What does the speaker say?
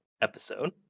episode